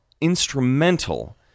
instrumental